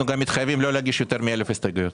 אנחנו גם מתחייבים לא להגיש יותר מאלף הסתייגויות.